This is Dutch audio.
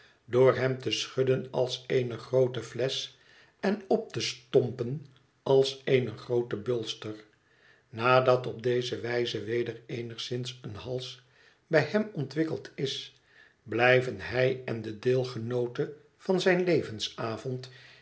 door hem te schudden als eene groote flesch en op te stompen als eene groote bulster nadat op deze wijze weder eenigszins een hals bij hem ontwikkeld is blijven hij en de deelgenoote van zijn